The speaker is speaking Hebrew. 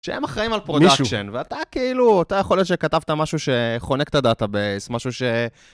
שהם אחראים על פרודקשן, ואתה כאילו, אתה יכול להיות שכתבת משהו שחונק את הדאטאבייס, משהו ש...